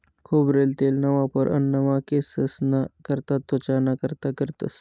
खोबरेल तेलना वापर अन्नमा, केंससना करता, त्वचाना कारता करतंस